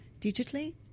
digitally